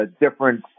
different